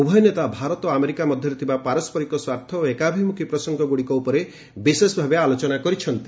ଉଭୟ ନେତା ଭାରତ ଆମେରିକା ମଧ୍ୟରେ ଥିବା ପାରସ୍କରିକ ସ୍ୱାର୍ଥ ଓ ଏକାଭିମୁଖୀ ପ୍ରସଙ୍ଗଗୁଡିକ ଉପରେ ବିଶେଷ ଭାବେ ଆଲୋଚନା କରିଛନ୍ତି